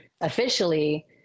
officially